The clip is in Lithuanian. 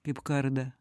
kaip kardą